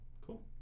cool